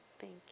thank